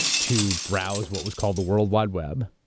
to browse what was called the world wide web,